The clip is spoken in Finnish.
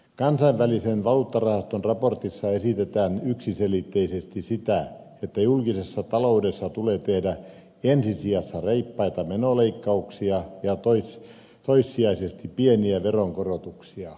kansainvälisen valuuttarahaston raportissa esitetään yksiselitteisesti sitä että julkisessa ta loudessa tulee tehdä ensi sijassa reippaita menonleikkauksia ja toissijaisesti pieniä veronkorotuksia